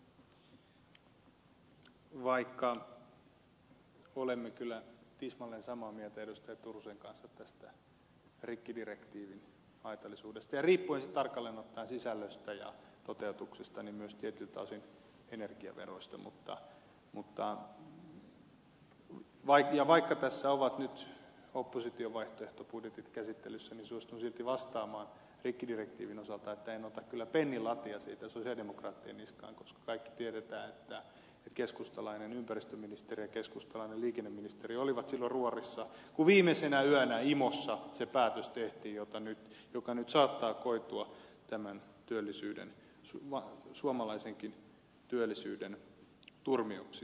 vaikka olemme kyllä tismalleen samaa mieltä edustaja turusen kanssa tästä rikkidirektiivin haitallisuudesta riippuen sitten tarkalleen ottaen sisällöstä ja toteutuksesta ja myös tietyiltä osin energiaveroista ja vaikka tässä ovat nyt opposition vaihtoehtobudjetit käsittelyssä niin suostun silti vastaamaan rikkidirektiivin osalta että en ota kyllä pennin latia siitä sosialidemokraattien niskaan koska kaikki tiedämme että keskustalainen ympäristöministeri ja keskustalainen liikenneministeri olivat silloin ruorissa kun viimeisenä yönä imossa se päätös tehtiin joka nyt saattaa koitua osin tämän suomalaisenkin työllisyyden turmioksi